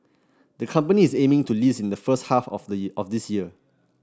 the company is aiming to list in the first half of the of this year